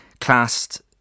classed